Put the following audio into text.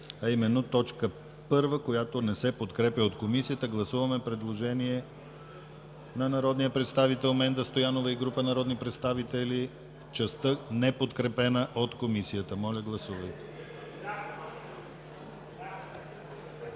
а именно т. 1, която не се подкрепя от Комисията. Гласуваме предложение на народния представител Менда Стоянова и група народни представители в частта, неподкрепена от Комисията. Гласували